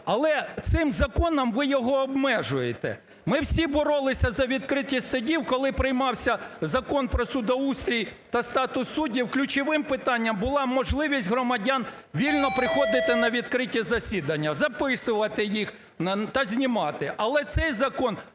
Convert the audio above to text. Але цим законом ви його обмежуєте. Ми всі боролися за відкритість судів, коли приймався Закон "Про судоустрій та статус суддів" ключовим питанням була можливість громадян вільно приходити на відкриті засідання, записувати їх та знімати. Але цей закон